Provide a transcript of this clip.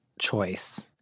choice